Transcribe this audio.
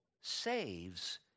saves